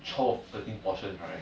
twelve thirteen portions right